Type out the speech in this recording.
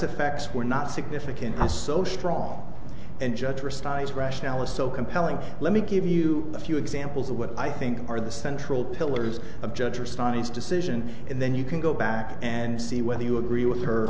effects were not significant associate wrong and judge precise rationale is so compelling let me give you a few examples of what i think are the central pillars of judge response decision and then you can go back and see whether you agree with her